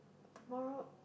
tomorrow